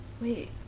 Wait